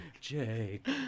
Jake